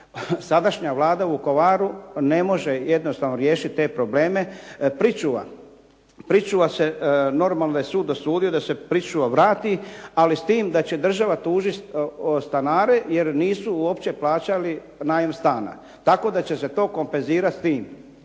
sadašnja Vlada u Vukovaru ne može jednostavno riješiti te probleme. Pričuva se, normalno da je sud dosudio da se pričuva vrati ali s time da će država tužiti stanare jer nisu uopće plaćali najam stana, tako da će se to kompenzirati s tim.